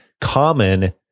common